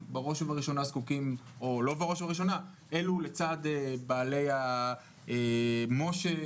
אלו לצד בעלי מש"ה,